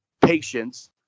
patience